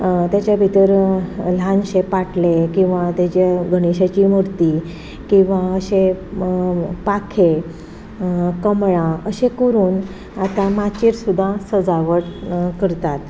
तेज्या भितर ल्हानशे पाटले किंवा गणेशाची मुर्ती किंवां अशे पाखे कमळां अशे करून आतां माचेर सुद्दां सजावट करतात